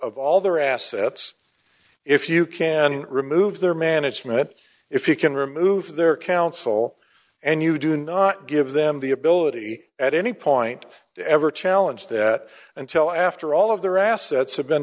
of all their assets if you can remove their management if you can remove their counsel and you do not give them the ability at any point to ever challenge that until after all of their assets have been